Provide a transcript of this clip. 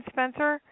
Spencer